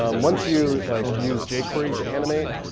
um once you like use jquery to animate,